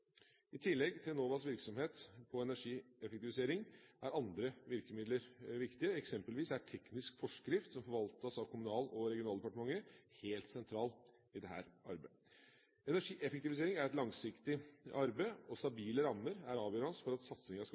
I tillegg til Enovas virksomhet på energieffektivisering er andre virkemidler viktig, eksempelvis er teknisk forskrift, som forvaltes av Kommunal- og regionaldepartementet, helt sentralt i dette arbeidet. Energieffektivisering er et langsiktig arbeid, og stabile rammer er avgjørende for at satsingen skal